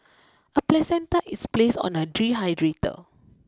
a placenta is placed on a dehydrator